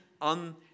on